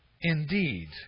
indeed